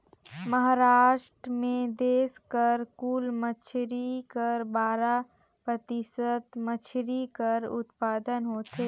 महारास्ट में देस कर कुल मछरी कर बारा परतिसत मछरी कर उत्पादन होथे